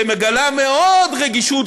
שמאוד מגלה רגישות,